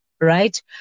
Right